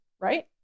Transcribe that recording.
right